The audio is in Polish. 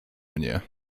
mnie